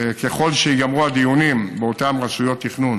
וככל שייגמרו הדיונים באותן רשויות תכנון